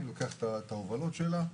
לוקח את ההובלות שלה.